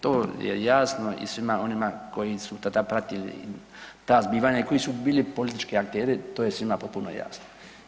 To je jasno i svima onima koji su tada pratili ta zbivanja i koji su bili politički akteri, to je svima potpuno jasno.